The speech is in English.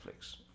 Netflix